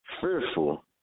fearful